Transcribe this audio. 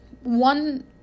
one